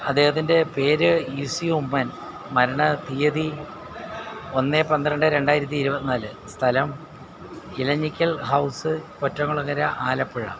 അദ്ദേഹത്തിൻ്റെ പേര് E C Oommen മരണ തീയ്യതി ഒന്ന് പന്ത്രണ്ട് രണ്ടായിരത്തി ഇരുപത്തിനാല് സ്ഥലം ഇലഞ്ഞിക്കൽ ഹൗസ് കൊറ്റംകുളങ്ങര ആലപ്പുഴ